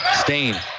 Stain